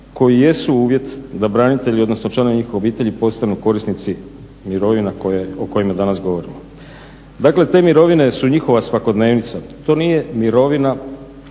koji jesu uvjet da branitelji odnosno članovi njihove obitelji postanu korisnici mirovina o kojima danas govorimo. Dakle, te mirovine su njihova svakodnevica, to nije mirovina